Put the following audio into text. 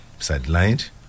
sidelined